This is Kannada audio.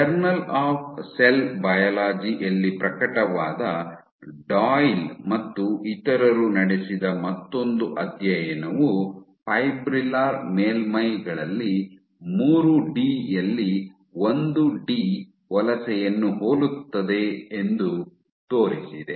ಜರ್ನಲ್ ಆಫ್ ಸೆಲ್ ಬಯಾಲಜಿ ಯಲ್ಲಿ ಪ್ರಕಟವಾದ ಡಾಯ್ಲ್ ಮತ್ತು ಇತರರು ನಡೆಸಿದ ಮತ್ತೊಂದು ಅಧ್ಯಯನವು ಫೈಬ್ರಿಲ್ಲರ್ ಮೇಲ್ಮೈಗಳಲ್ಲಿ ಮೂರು ಡಿ ಯಲ್ಲಿ ಒಂದು ಡಿ ವಲಸೆಯನ್ನು ಹೋಲುತ್ತದೆ ಎಂದು ತೋರಿಸಿದೆ